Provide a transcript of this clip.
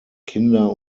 kinder